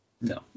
no